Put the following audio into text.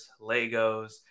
legos